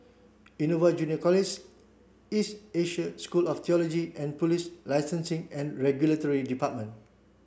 Innova Junior College East Asia School of Theology and Police Licensing and Regulatory Department